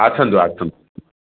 ଆସନ୍ତୁ ଆସନ୍ତୁ